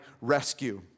rescue